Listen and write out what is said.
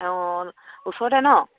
অঁ ওচৰতে ন